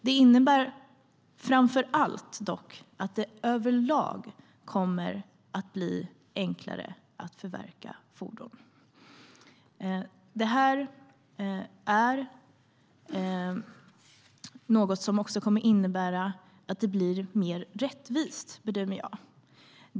Det innebär dock framför allt att det överlag kommer att bli enklare att förverka fordon. Detta är något som också kommer att innebära att det blir mer rättvist, bedömer jag.